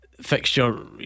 fixture